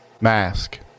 mask